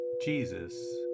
Jesus